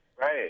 right